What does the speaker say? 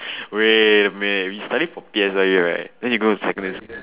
wait wait we study for P_S_L_E right then we go to secondary school